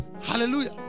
Hallelujah